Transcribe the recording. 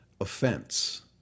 offense